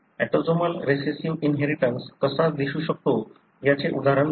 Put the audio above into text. autosomal recessive inheritance कसा दिसू शकतो याचे उदाहरण पाहू